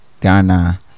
Ghana